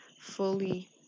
fully